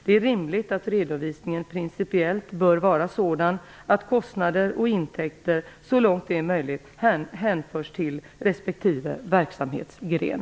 Det är rimligt att redovisningen principiellt bör vara sådan att kostnader och intäkter så långt det är möjligt hänförs till respektive verksamhetsgren.